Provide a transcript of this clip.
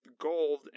gold